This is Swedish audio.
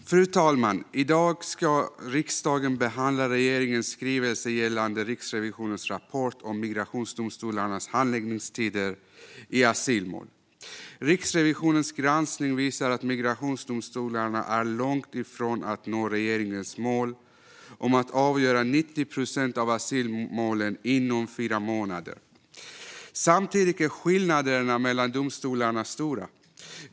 Riksrevisionens rapport om migra-tionsdomstolarnas handläggningstider i asylmål Fru talman! I dag ska riksdagen behandla regeringens skrivelse gällande Riksrevisionens rapport om migrationsdomstolarnas handläggningstider i asylmål. Riksrevisionens granskning visar att migrationsdomstolarna är långt ifrån att nå regeringens mål om att avgöra 90 procent av asylmålen inom fyra månader. Samtidigt är skillnaderna mellan domstolarna stora.